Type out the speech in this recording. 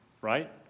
right